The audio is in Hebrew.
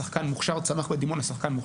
שחקן מוכשר צמח בדימונה.